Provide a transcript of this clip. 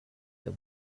the